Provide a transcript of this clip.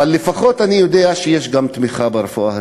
אבל לפחות אני יודע שיש גם תמיכה ברפואה הציבורית,